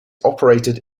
operated